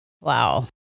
Wow